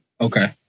Okay